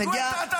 גואטה,